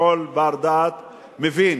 שכל בר-דעת מבין.